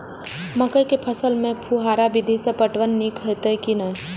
मकई के फसल में फुहारा विधि स पटवन नीक हेतै की नै?